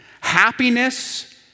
Happiness